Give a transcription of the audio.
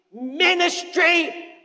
ministry